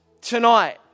tonight